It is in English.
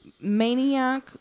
maniac